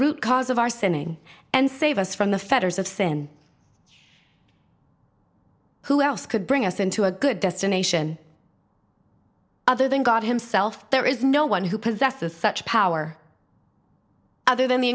root cause of our sinning and save us from the fetters of sin who else could bring us into a good destination other than god himself there is no one who possessed the thuch power other than the